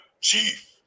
chief